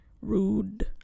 Rude